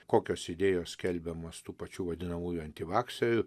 kokios idėjos skelbiamos tų pačių vadinamųjų antivakserių